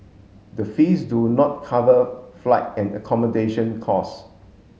the fees do not cover flight and accommodation costs